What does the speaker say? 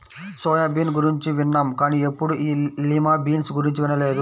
soya bean గురించి విన్నాం కానీ ఎప్పుడూ ఈ లిమా బీన్స్ గురించి వినలేదు